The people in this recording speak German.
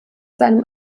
seinem